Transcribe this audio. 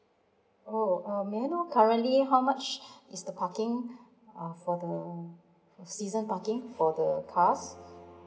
oh um may I know currently how much is the parking uh for the season parking for the cars